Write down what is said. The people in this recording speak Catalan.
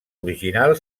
original